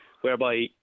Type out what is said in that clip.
whereby